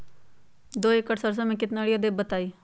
दो एकड़ सरसो म केतना यूरिया देब बताई?